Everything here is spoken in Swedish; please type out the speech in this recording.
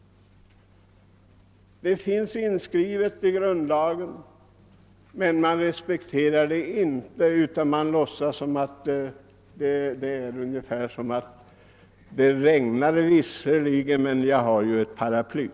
Detta finns inskrivet i grundlagen men det respekteras inte. Det förefaller som om man skulle säga: Visserligen regnar det men jag har ju paraply.